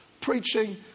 preaching